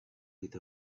with